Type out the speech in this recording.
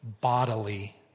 bodily